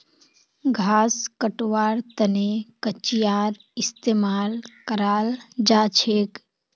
घास कटवार तने कचीयार इस्तेमाल कराल जाछेक